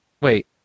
Wait